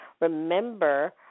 Remember